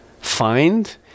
find